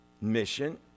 mission